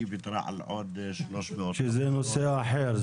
לכן היא ויתרה על 300 --- זה נושא אחר.